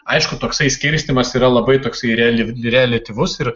aišku toksai skirstymas yra labai toksai rele reliatyvus ir